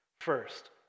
First